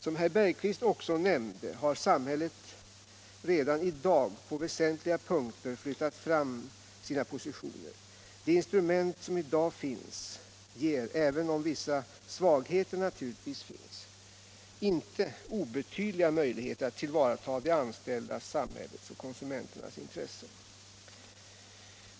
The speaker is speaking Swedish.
Som herr Bergqvist också nämnde har — strukturförändringsamhället redan i dag på väsentliga punkter flyttat fram sina positioner. — ar i näringslivet De instrument som i dag finns ger, även om vissa svagheter naturligtvis finns, inte obetydliga möjligheter att tillvarata de anställdas, samhällets och konsumenternas intressen.